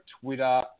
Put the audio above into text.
Twitter